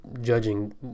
judging